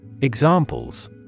Examples